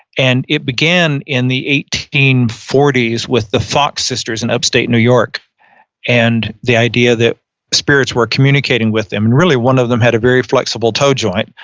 and it began in the eighteen forty s with the fox sisters in upstate new york and the idea that spirits were communicating with them, and really one of them had a very flexible toe joint,